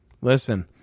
listen